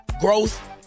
Growth